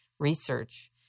research